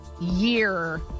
year